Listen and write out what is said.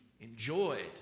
enjoyed